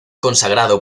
consagrado